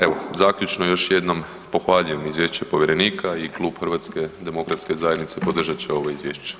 Evo, zaključno još jednom pohvaljujem izvješće povjerenika i Klub HDZ-a podržati će ovo izvješće.